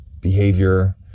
behavior